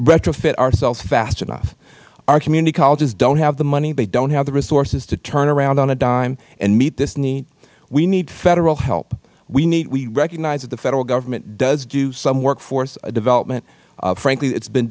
retrofit ourselves fast enough our community colleges don't have the money they don't have the resources to turn around on a dime and meet this need we need federal help we need we recognize that the federal government does do some work for us development frankly it has been